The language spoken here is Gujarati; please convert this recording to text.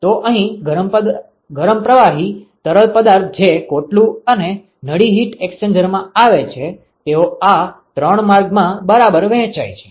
તો અહીં ગરમ પ્રવાહી તરલ પદાર્થ જે કોટલું અને નળી હિટ એક્સ્ચેન્જરમાં આવે છે તેઓ આ ત્રણ માર્ગ માં બરાબર વહેંચાય છે